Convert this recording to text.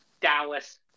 Dallas